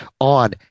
on